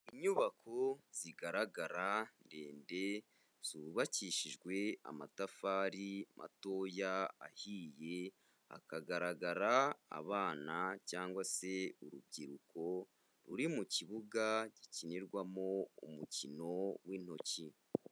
Inyubako zigaragara ndende zubakishijwe amatafari matoya ahiye, hakagaragara abana cyangwa se urubyiruko ruri mu kibuga gikinirwamo umukino w'intoki.